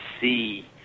see